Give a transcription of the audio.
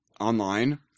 online